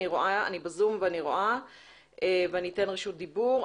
אני בזום ואני רואה ואני אתן רשות דיבור.